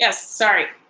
yeah sorry.